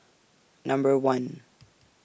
Number one